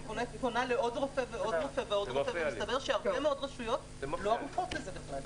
אני פונה להרבה וטרינרים ומסתבר שהרבה מאוד רשויות לא פתוחות לזה בכלל.